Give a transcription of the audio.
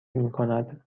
میکند